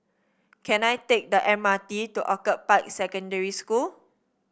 can I take the M R T to Orchid Park Secondary School